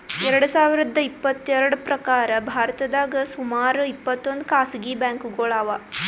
ಎರಡ ಸಾವಿರದ್ ಇಪ್ಪತ್ತೆರಡ್ರ್ ಪ್ರಕಾರ್ ಭಾರತದಾಗ್ ಸುಮಾರ್ ಇಪ್ಪತ್ತೊಂದ್ ಖಾಸಗಿ ಬ್ಯಾಂಕ್ಗೋಳು ಅವಾ